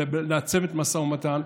לצוות המשא ומתן,